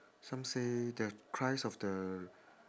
some say the christ of the